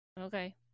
Okay